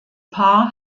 paar